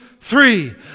three